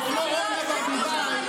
או כמו אורנה ברביבאי,